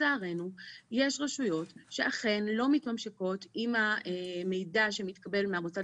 יש רשויות שאכן לא מתממשקות עם המידע שמתקבל מהמוסד